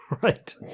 Right